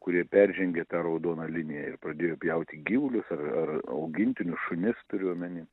kurie peržengia tą raudoną liniją ir pradėjo pjauti gyvulius ar ar augintinius šunis turiu omeny